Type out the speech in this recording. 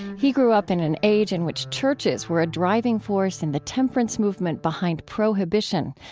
he grew up in an age in which churches were a driving force in the temperance movement behind prohibition,